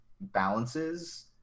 balances